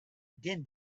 din